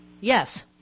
Yes